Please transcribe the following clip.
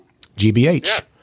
GBH